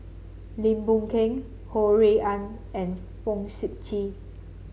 Lim Boon Keng Ho Rui An and Fong Sip Chee